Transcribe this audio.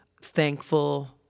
thankful